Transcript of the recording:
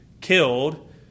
killed